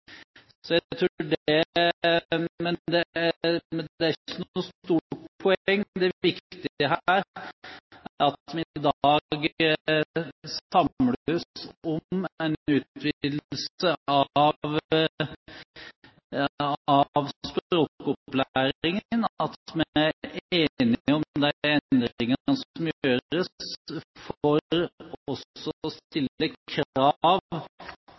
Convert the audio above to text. Men det er ikke noe stort poeng. Det viktige her er at vi i dag samles om en utvidelse av språkopplæringen, at vi er enige om de endringene som gjøres for også å stille krav